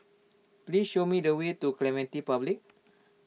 please show me the way to Clementi Public